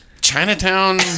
Chinatown